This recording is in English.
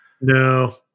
no